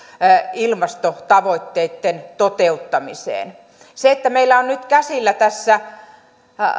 ilmastotavoitteitten toteuttamiseen se että meillä on nyt käsillä tässä